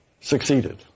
succeeded